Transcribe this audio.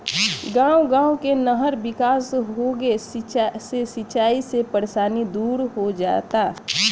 गांव गांव नहर के विकास होंगे से सिंचाई के परेशानी दूर हो जाता